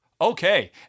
Okay